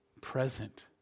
present